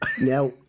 Now